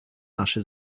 nasze